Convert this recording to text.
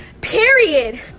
Period